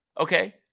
Okay